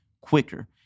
quicker